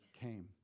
came